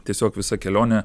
tiesiog visą kelionę